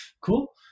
cool